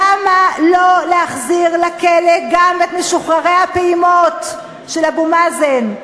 למה לא להחזיר לכלא גם את משוחררי הפעימות של אבו מאזן?